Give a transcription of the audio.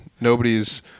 nobody's